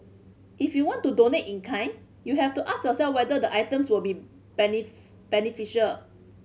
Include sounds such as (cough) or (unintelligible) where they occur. if you want to donate in kind you have to ask yourself whether the items will be (unintelligible) beneficial